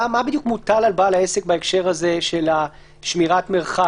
מה בדיוק מוטל על בעל העסק בהקשר הזה של שמירת מרחק?